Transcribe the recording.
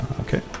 okay